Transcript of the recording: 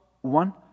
one